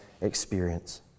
experience